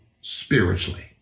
spiritually